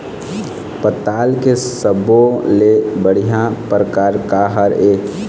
पताल के सब्बो ले बढ़िया परकार काहर ए?